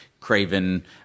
craven